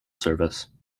service